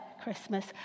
Christmas